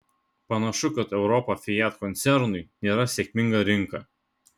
panašu kad europa fiat koncernui nėra sėkminga rinka